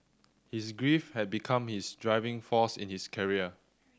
his grief had become his driving force in his career